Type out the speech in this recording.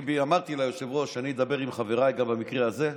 אני אמרתי ליושב-ראש שאני אדבר עם חבריי גם במקרה הזה,